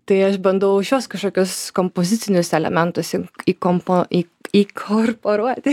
tai aš bandau šiuos kažkokius kompozicinius elementus įkompo į įkorporuoti